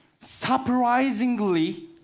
Surprisingly